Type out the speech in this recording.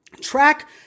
track